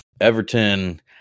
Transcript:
Everton